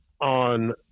on